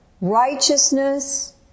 righteousness